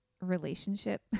relationship